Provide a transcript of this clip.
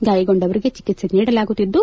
ಗಾಯಗೊಂಡವರಿಗೆ ಚಿಕಿತ್ಸೆ ನೀಡಲಾಗುತ್ತಿದ್ದು